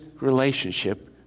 relationship